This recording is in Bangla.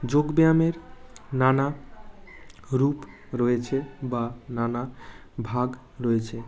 যোগব্যায়ামের নানা রূপ রয়েছে বা নানা ভাগ রয়েছে